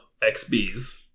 XBs